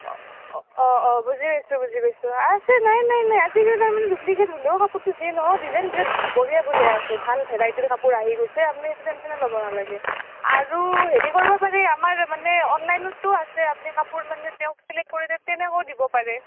অঁ অঁ বুজি পাইছোঁ বুজি পাইছোঁ আছে নাই নাই নাই আজিকালি তাৰ মানে ডুপ্লিকেট হলেও যি নহওক ডিজাইন বিৰাট বঢ়িয়া বঢ়িয়া আছে ভাল ভেৰাইটিৰ কাপোৰ আহি গৈছে আপুনি একো টেনশ্যনেই ল'ব নালাগে আৰু হেৰি কৰিব পাৰে আমাৰ মানে অনলাইনতো আছে আপ্নি কাপোৰ মানে তেওঁ ছিলেক্ট কৰি তেনেকেও দিব পাৰে